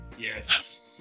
Yes